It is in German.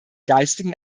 geistigen